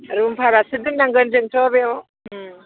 room भारासो दोननांगोन जोंथ' बेयाव